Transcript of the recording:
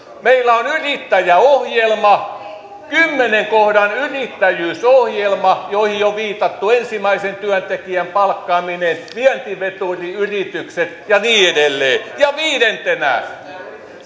meillä on yrittäjäohjelma kymmenen kohdan yrittäjyysohjelma johon on jo viitattu ensimmäisen työntekijän palkkaaminen vientiveturiyritykset ja niin edelleen viidentenä